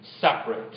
separate